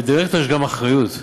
לדירקטור יש גם אחריות.